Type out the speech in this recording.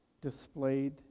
displayed